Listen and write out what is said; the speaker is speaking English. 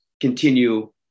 continue